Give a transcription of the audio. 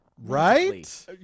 Right